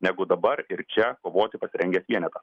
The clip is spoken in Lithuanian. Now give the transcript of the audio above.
negu dabar ir čia kovoti pasirengęs vienetas